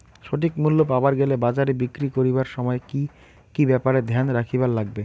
সঠিক মূল্য পাবার গেলে বাজারে বিক্রি করিবার সময় কি কি ব্যাপার এ ধ্যান রাখিবার লাগবে?